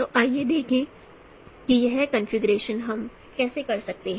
तो आइए देखें कि यह कॉन्फ़िगरेशन हम कैसे कर सकते हैं